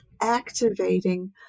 activating